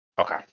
Okay